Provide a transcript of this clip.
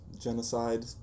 Genocide